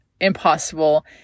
impossible